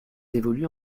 évoluent